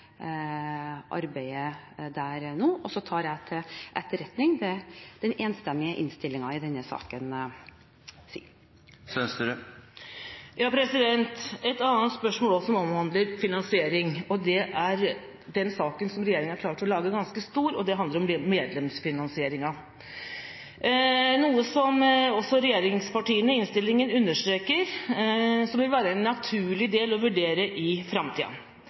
arbeidet der nå. Og så tar jeg til etterretning den enstemmige innstillingen i denne saken. Et annet spørsmål også som omhandler finansiering – det er den saken som regjeringa har klart å lage ganske stor – er medlemsfinansieringen, noe som regjeringspartiene i innstillingen understreker vil være en naturlig del å vurdere i framtida.